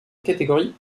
catégorie